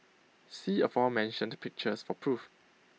see aforementioned pictures for proof